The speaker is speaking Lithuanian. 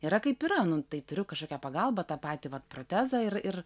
yra kaip yra nu tai turiu kažkokią pagalbą tą patį vat protezą ir ir